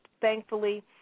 thankfully